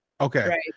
Okay